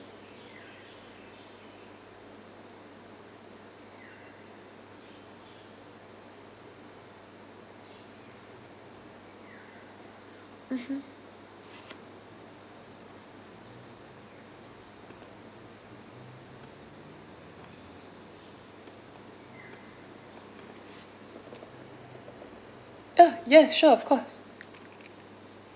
mmhmm oh yes sure of course